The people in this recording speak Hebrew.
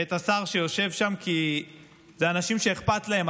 ואת השר שיושב שם, כי אלה אנשים שעדיין